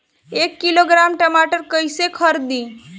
एक किलोग्राम टमाटर कैसे खरदी?